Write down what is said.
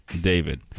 David